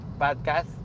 podcast